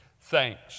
Thanks